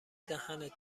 دهنت